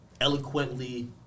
eloquently